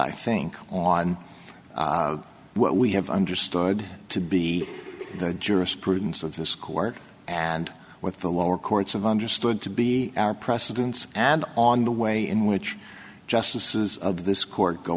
i think on what we have understood to be the jurisprudence of this court and with the lower courts of understood to be our precedents and on the way in which justices of this court go